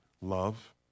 Love